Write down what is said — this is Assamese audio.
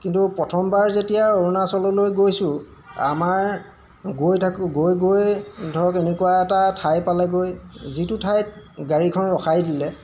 কিন্তু প্ৰথমবাৰ যেতিয়া অৰুণাচললৈ গৈছোঁ আমাৰ গৈ থাকোঁ গৈ গৈ ধৰক এনেকুৱা এটা ঠাই পালেগৈ যিটো ঠাইত গাড়ীখন ৰখাই দিলে